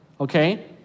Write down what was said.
okay